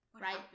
right